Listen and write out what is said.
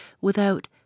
without